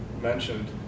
mentioned